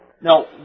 Now